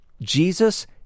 Jesus